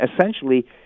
essentially